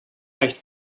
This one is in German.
recht